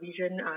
vision